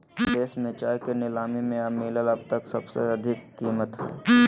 देश में चाय के नीलामी में मिलल अब तक सबसे अधिक कीमत हई